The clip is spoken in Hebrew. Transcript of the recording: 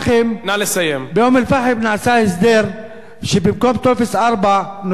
באום-אל-פחם נעשה הסדר שבמקום טופס 4 נותנים טופס 2,